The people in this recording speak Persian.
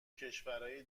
کشورای